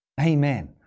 Amen